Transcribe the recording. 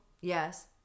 Yes